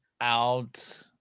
out